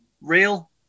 Real